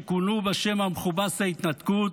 שכונו בשם המכובס "ההתנתקות"